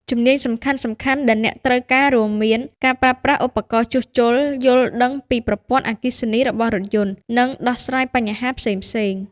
ជំនាញសំខាន់ៗដែលអ្នកត្រូវការរួមមាន ការប្រើប្រាស់ឧបករណ៍ជួសជុល យល់ដឹងពីប្រព័ន្ធអគ្គិសនីរបស់រថយន្ត និងដោះស្រាយបញ្ហាផ្សេងៗ។